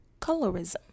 colorism